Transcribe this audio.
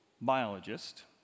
biologist